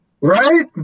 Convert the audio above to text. Right